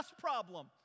problem